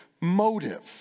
motive